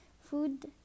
food